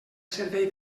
servei